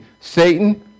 Satan